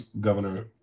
Governor